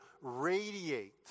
radiate